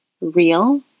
real